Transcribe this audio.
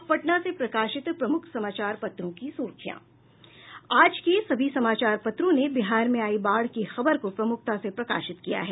अब पटना से प्रकाशित प्रमुख समाचार पत्रों की सुर्खियां आज के सभी समाचार पत्रों ने बिहार में आयी बाढ़ की खबर को प्रमुखता से प्रकाशित किया है